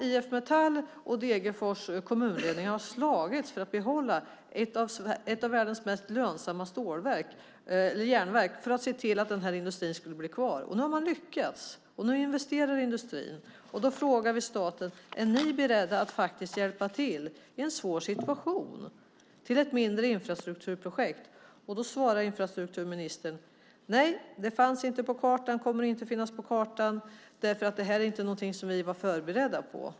IF Metall och Degerfors kommunledning har slagits för att kunna behålla ett av världens mest lönsamma järnverk på orten, för att industrin ska bli kvar. Nu har de lyckats, och industrin investerar. Därför frågar vi om staten är beredd att hjälpa till i en svår situation och bidra till ett mindre infrastrukturprojekt. Då svarar infrastrukturministern nej, för det fanns inte med på kartan, och det kommer inte att finnas med på kartan eftersom det inte var något som de var förberedda på.